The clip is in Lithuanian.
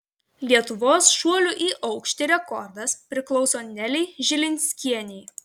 lietuvos šuolių į aukštį rekordas priklauso nelei žilinskienei